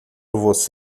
você